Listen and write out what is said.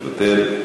מוותר.